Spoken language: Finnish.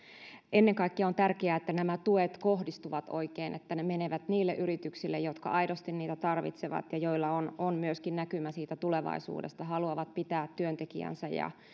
ennen kaikkea on tärkeää että nämä tuet kohdistuvat oikein että ne menevät niille yrityksille jotka aidosti niitä tarvitsevat ja joilla on on myöskin näkymä siitä tulevaisuudesta haluavat pitää työntekijänsä